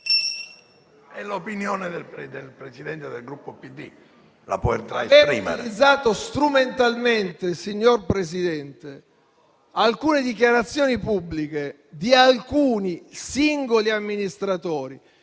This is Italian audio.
È l'opinione del Presidente del Gruppo PD. La potrà esprimere.